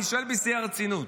אני שואל בשיא הרצינות.